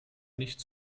nicht